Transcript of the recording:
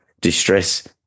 Distress